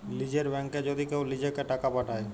লীযের ব্যাংকে যদি কেউ লিজেঁকে টাকা পাঠায়